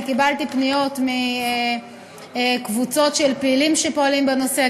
קיבלתי פניות מקבוצות של פעילים שפועלים בנושא,